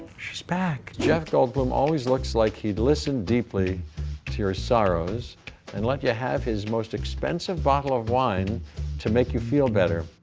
she's back! jeff goldblud always looks like he'd listen deeply to your sorrows and let you have his most expensive bottle of wine to make you feel better.